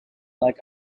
like